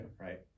Right